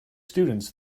students